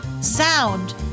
sound